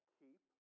keep